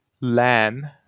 Lan